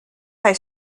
hij